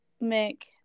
make